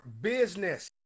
business